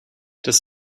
das